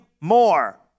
more